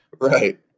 Right